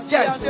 Yes